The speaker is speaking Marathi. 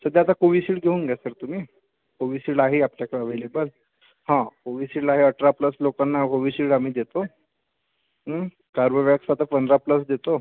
सध्या आता कोविशिल्ड घेऊन घ्या सर तुम्ही कोविशिल्ड आहे आपल्याकडे अव्हेलेबल हा कोविशिल्डला ह्या अठरा प्लस लोकांना कोविशिल्ड आम्ही देतो हा कॉर्बेव्हॅक्स आता पंधरा प्लस देतो